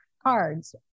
Cards